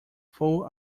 full